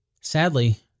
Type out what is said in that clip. Sadly